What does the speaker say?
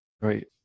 right